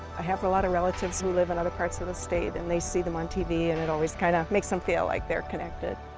i have a lot of relatives who live in other parts of the state and they see them on tv and it always kinda makes them feel like they are connected.